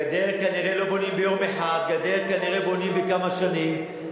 גדר, כנראה, לא בונים ביום אחד אלא בכמה שנים.